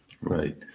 Right